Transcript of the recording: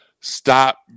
stop